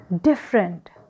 different